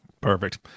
perfect